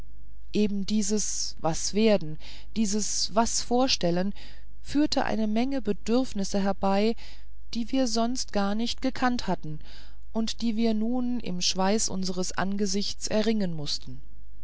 eben dieses was werden dieses was vorstellen führte eine menge bedürfnisse herbei die wir sonst gar nicht gekannt hatten und die wir nun im schweiß unseres angesichts erringen mußten